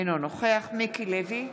אינו נוכח מיקי לוי,